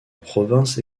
province